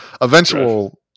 eventual